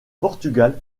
portugal